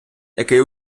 який